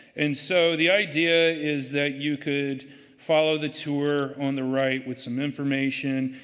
and so, the idea is that you could follow the tour on the right with some information.